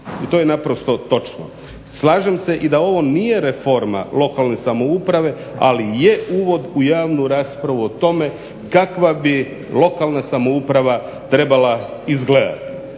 i to je točno. Slažem se i da ovo nije reforma lokalne samouprave, ali je uvod u javnu raspravu o tome kakva bi lokalna samouprava trebala izgledati.